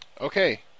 Okay